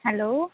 hello